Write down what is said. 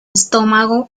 estómago